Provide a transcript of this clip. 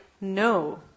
No